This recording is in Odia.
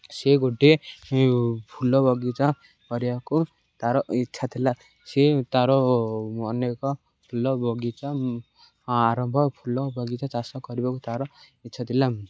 ସେ ଗୋଟିଏ ଫୁଲ ବଗିଚା କରିବାକୁ ତା'ର ଇଚ୍ଛା ଥିଲା ସେ ତା'ର ଅନେକ ଫୁଲ ବଗିଚା ଆରମ୍ଭ ଫୁଲ ବଗିଚା ଚାଷ କରିବାକୁ ତା'ର ଇଚ୍ଛା ଥିଲା